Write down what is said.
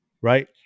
right